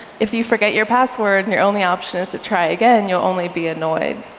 if you forget your password, and your only option is to try again, you'll only be annoyed.